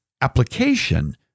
application